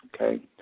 Okay